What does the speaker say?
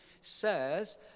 says